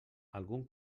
algun